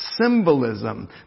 symbolism